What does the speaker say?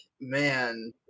man